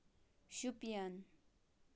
شُپٮ۪ن